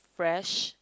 fresh